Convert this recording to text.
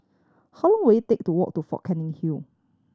how long will it take to walk to Fort Canning